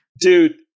Dude